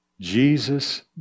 Jesus